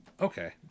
Okay